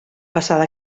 passada